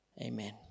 amen